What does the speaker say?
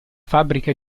fabbrica